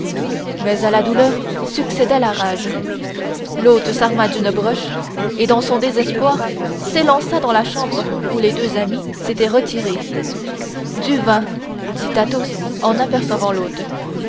mais à la douleur succéda la rage l'hôte s'arma d'une broche et dans son désespoir s'élança dans la chambre où les deux amis s'étaient retirés du vin dit athos en apercevant l'hôte